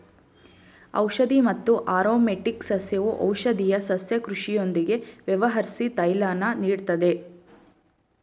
ಔಷಧಿ ಮತ್ತು ಆರೊಮ್ಯಾಟಿಕ್ ಸಸ್ಯವು ಔಷಧೀಯ ಸಸ್ಯ ಕೃಷಿಯೊಂದಿಗೆ ವ್ಯವಹರ್ಸಿ ತೈಲನ ನೀಡ್ತದೆ